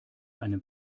einen